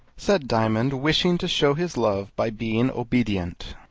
said diamond, wishing to show his love by being obedient.